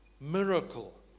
miracle